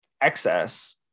excess